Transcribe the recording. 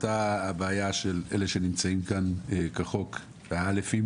הועלתה הבעיה של אלה שנמצאים כאן כחוק א'